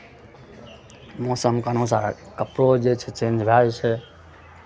मौसमके अनुसार कपड़ो जे छै चेंज भए जाइ छै